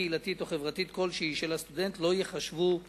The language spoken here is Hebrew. קהילתית או חברתית כלשהי של הסטודנט לא ייחשבו תמורה.